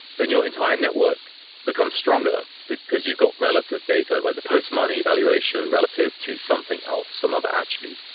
then your entire network becomes stronger, because you've got relative data, like the post-money evaluation relative to something else, some other attribute.